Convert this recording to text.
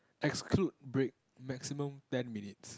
exclude break maximum ten minutes